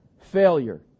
failure